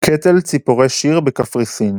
קטל ציפורי שיר בקפריסין